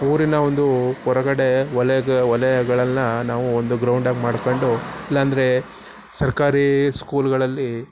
ಊರಿನ ಒಂದು ಹೊರಗಡೆ ಒಲೆಗೆ ಒಲೆಗಳನ್ನು ನಾವು ಒಂದು ಗ್ರೌಂಡಾಗಿ ಮಾಡ್ಕೊಂಡು ಇಲ್ಲ ಅಂದ್ರೆ ಸರ್ಕಾರಿ ಸ್ಕೂಲುಗಳಲ್ಲಿ